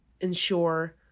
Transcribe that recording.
ensure